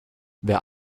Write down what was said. wer